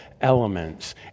elements